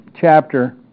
chapter